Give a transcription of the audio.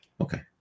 Okay